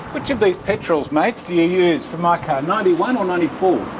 which of these petrels, mate, do you use for my car, ninety one or ninety four?